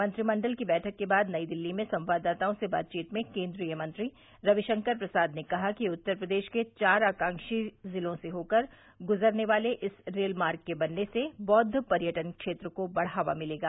मंत्रिमंडल की बैठक के बाद नई दिल्ली में संवाददाताओं से बातचीत में केन्द्रीय मंत्री रविशंकर प्रसाद ने कहा कि उत्तर प्रदेश के चार आकांक्षी जिलों से होकर गुजरने वाले इस रेल मार्ग के बनने से बौद्व पर्यटन क्षेत्र को बढ़ावा मिलेगा